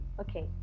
okay